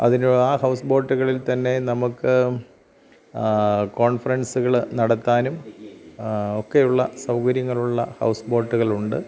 അതിന് ആ ഹൗസ് ബോട്ടുകളിൽ തന്നെ നമുക്ക് കോൺഫറൻസുകള് നടത്താനും ഒക്കെയുള്ള സൗകര്യങ്ങളുള്ള ഹൗസ് ബോട്ടുകളുണ്ട്